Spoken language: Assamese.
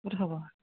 ক'ত হ'ব